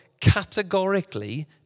categorically